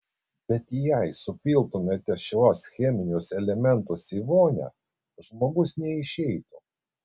bet jei supiltumėme šiuos cheminius elementus į vonią žmogus neišeitų